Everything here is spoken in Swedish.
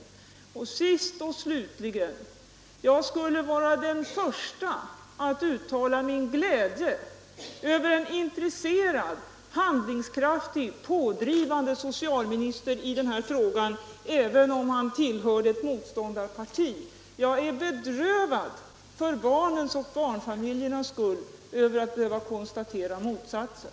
Slutligen vill jag säga att jag skulle vara den första att uttala min glädje och uppskattning, om vi i den här frågan hade en intresserad, handlingskraftig och pådrivande socialminister även om han tillhörde ett motståndarparti. Jag är bedrövad för barnens och barnfamiljernas skull att behöva konstatera motsatsen.